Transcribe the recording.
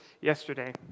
yesterday